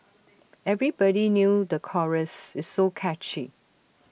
everybody knew the chorus it's so catchy